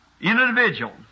individual